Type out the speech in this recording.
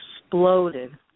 exploded